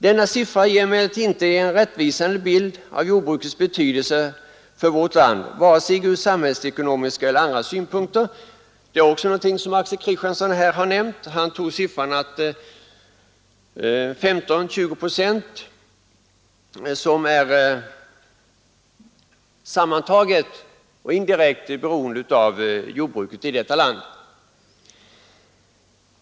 Denna siffra ger emellertid inte en rättvisande bild av jordbrukets betydelse för vårt land, vare sig från samhällsekonomiska eller andra synpunkter. Det är också någonting som Axel Kristiansson har nämnt. Man torde kunna räkna med 15 å 20 procent av de yrkesverksamma som på ett eller annat sätt är verksamma i det svenska jordbruket.